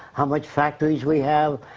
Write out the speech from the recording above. how much factories we have.